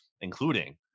including